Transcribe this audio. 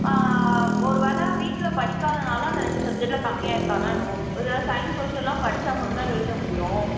ஒரு வேலை வீட்டில் படிக்காதனால் அந்த ரெண்டு சப்ஜெக்ட்டில் கம்மியாருக்கானா என்னவோ இது சைன்ஸ் சோஷியல்லாம் படிச்சால் மட்டும் தான் எழுத முடியும்